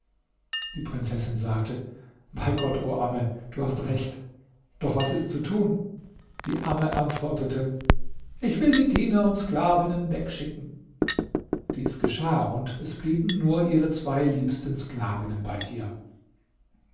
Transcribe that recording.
die prinzessin sagte bei gott o amme du hast recht doch was ist zu tun die amme antwortete ich will die diener und sklavinnen wegschicken dies geschah und es blieben nur ihre zwei liebsten sklavinnen bei ihr